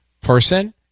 person